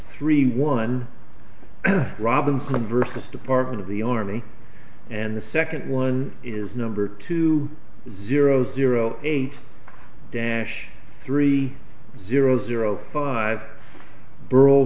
three one robinson versus department of the army and the second one is number two zero zero eight dash three zero zero five b